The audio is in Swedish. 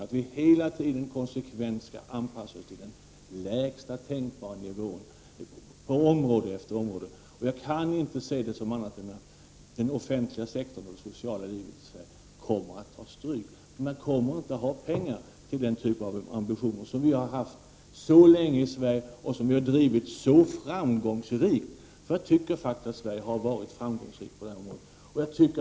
Vi skall hela tiden konsekvent anpassa oss till den lägsta tänkbara nivån på område efter område. Jag kan inte se detta på annat sätt än att den offentliga sektorn och det sociala livet i Sverige kommer att ta stryk. Man kommer inte att ha pengar för den typ av ambitioner vi haft och drivit så länge i Sverige. Jag tycker faktiskt Sverige har varit framgångsrikt på det här området.